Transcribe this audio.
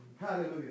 Hallelujah